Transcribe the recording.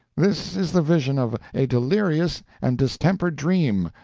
this is the vision of a delirious and distempered dream,